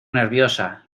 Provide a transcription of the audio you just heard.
nerviosa